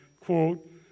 quote